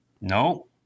No